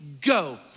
Go